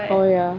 oh ya